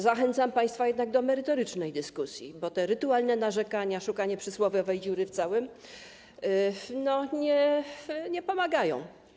Zachęcam państwa jednak do merytorycznej dyskusji, bo te rytualne narzekania, szukanie przysłowiowej dziury w całym nie pomagają.